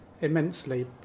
immensely